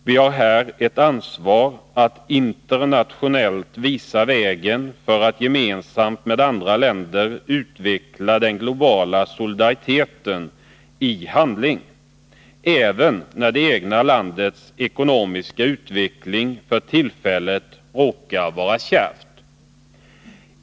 Vi har här ett ansvar att internationellt visa vägen för att gemensamt med andra länder utveckla den globala solidariteten i handling, även när det egna landets ekonomiska utveckling för tillfället råkar vara kärv.